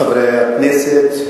חברי הכנסת,